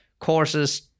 courses